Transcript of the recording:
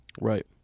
right